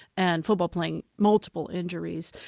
and football playing. multiple injuries.